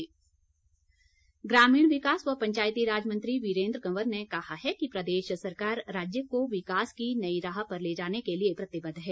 वीरेन्द्र कंवर ग्रामीण विकास व पंचायती राज मंत्री वीरेन्द्र कंवर ने कहा है कि प्रदेश सरकार राज्य को विकास की नई राह पर ले जाने के लिए प्रतिबद्व है